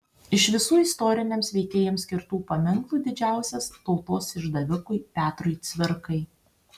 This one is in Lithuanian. iš visų istoriniams veikėjams skirtų paminklų didžiausias tautos išdavikui petrui cvirkai